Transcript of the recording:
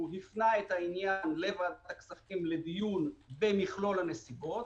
הפנה את העניין לוועדת הכספים שתדון במכלול הנסיבות.